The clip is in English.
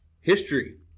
History